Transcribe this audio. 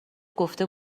گفته